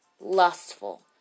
lustful